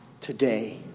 today